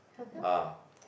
how come